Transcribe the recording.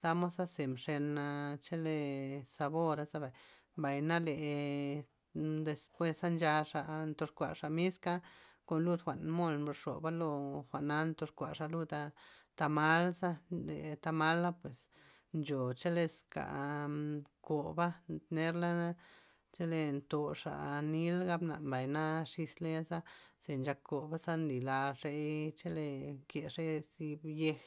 tamod ze mxena chele sabor zabay. mbay na le nnn- despues nchaxa ndox kuaxa miska kon lud jwa'n mol mbro xoba lo jwa'na ndox kuaxa lud ta'malza nn- tamala' pues ncho cheleska koba' nerla chole ntoxa nil gab mena mbay na xis ley za ze nchak koba ze nli laxey chele nke xey zib yej.